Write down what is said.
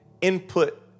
input